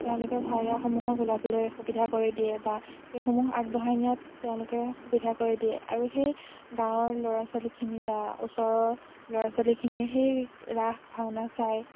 তেওঁলোকে ভাৱৰীয়াসমূহক ওলাবলৈ সুবিধা কৰি দিয়ে বা সেইসমূহ আগবঢ়াই নিয়াত তেওঁলোকে সুবিধা কৰি দিয়ে আৰু সেই গাঁৱৰ ল'ৰা ছোৱালীখিনি বা ওচৰৰ ল'ৰা ছোৱালীখিনি সেই ৰাস ভাওনা চাই